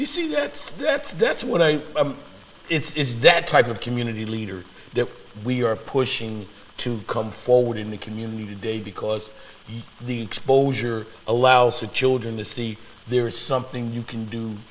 you see gets that's that's what i it's that type of community leader that we are pushing to come forward in the community day because the exposure allows the children to see there is something you can do